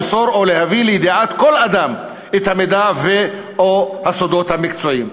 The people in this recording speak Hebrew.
למסור או להביא לידיעת כל אדם את המידע ו/או הסודות המקצועיים.